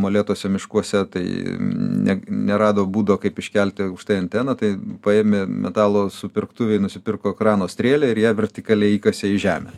molėtuose miškuose tai ne nerado būdo kaip iškelti aukštai anteną tai paėmė metalo supirktuvėj nusipirko krano strėlę ir ją vertikaliai įkasė į žemę